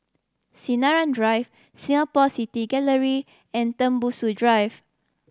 Sinaran Drive Singapore City Gallery and Tembusu Drive